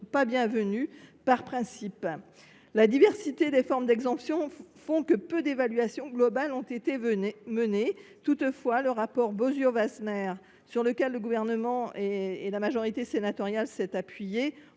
pas bienvenues par principe. La diversité des formes d’exemption fait que peu d’évaluations globales ont été menées. Toutefois, le rapport Bozio Wasmer, sur lequel le Gouvernement et la majorité sénatoriale se sont appuyés,